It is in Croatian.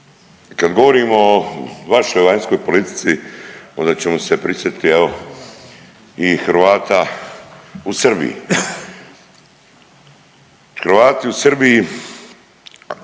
Kad govorimo o vašoj vanjskoj politici onda ćemo se prisjetiti evo i Hrvata u Srbiji. Hrvati u Srbiji